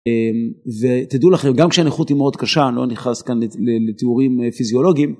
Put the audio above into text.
ותדעו לכם, גם כשהניחות היא מאוד קשה, אני לא נכנס כאן לתיאורים פיזיולוגיים.